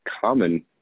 common